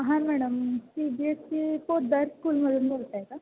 हा madam C B S C Poddar स्कूलमधून बोलत आहे का